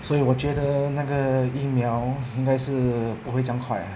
所以我觉得那个疫苗应该是不会这样快啦